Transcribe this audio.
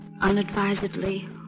unadvisedly